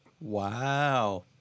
Wow